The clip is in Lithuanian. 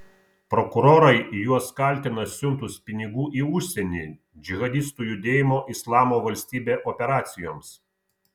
prokurorai juos kaltina siuntus pinigų į užsienį džihadistų judėjimo islamo valstybė operacijoms